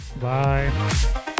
Bye